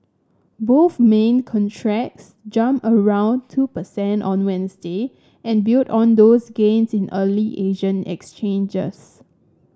both main contracts jumped around two percent on Wednesday and built on those gains in early Asian exchanges